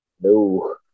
No